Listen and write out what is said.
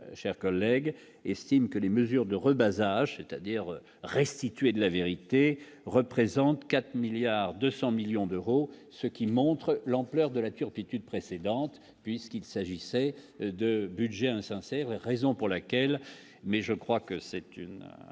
chers collègues estiment que les mesures de rebelles âge c'est-à-dire restituer de la vérité, représente 4 milliards 200 millions d'euros, ce qui montre l'ampleur de la turpitude précédente puisqu'il s'agissait de Budgets insincères, raison pour laquelle, mais je crois que c'est une